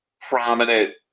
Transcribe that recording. prominent